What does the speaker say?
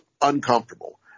uncomfortable